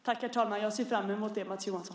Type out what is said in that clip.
Herr talman! Jag ser fram emot det, Mats Johansson.